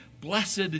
blessed